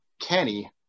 Kenny